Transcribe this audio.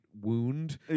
wound